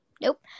Nope